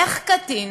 איך קטין